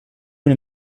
una